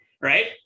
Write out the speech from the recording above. right